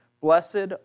Blessed